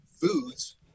foods